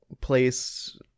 place